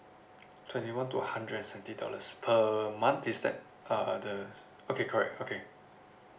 twenty one to hundred and seventy dollars per month is that uh the okay correct okay